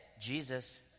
Jesus